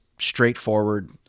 straightforward